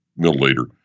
milliliter